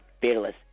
Fearless